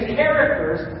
characters